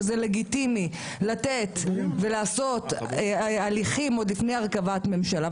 שזה לגיטימי לתת ולעשות הליכים עוד לפני הרכבת ממשלה.